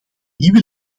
nieuwe